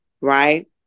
right